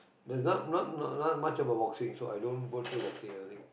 there's not not not much about boxing so i don't go through boxing anything